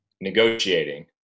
negotiating